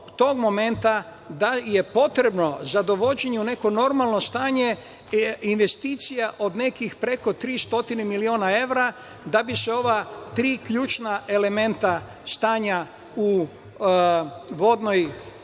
da je potrebno za dovođenje u neko normalno stanje investicija od 300 miliona evra da bi se ova tri ključna elementa stanje na vodnim